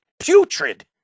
putrid